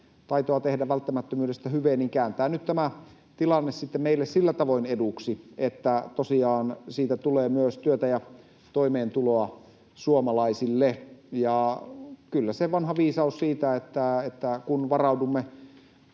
taitoa tehdä välttämättömyydestä hyve, niin käännetään nyt tämä tilanne sitten meille sillä tavoin eduksi, että tosiaan siitä tulee myös työtä ja toimeentuloa suomalaisille. Vanha viisaus on, että kun haluamme